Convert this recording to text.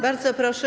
Bardzo proszę.